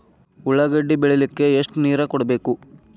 ಉಳ್ಳಾಗಡ್ಡಿ ಬೆಳಿಲಿಕ್ಕೆ ಎಷ್ಟು ನೇರ ಕೊಡಬೇಕು?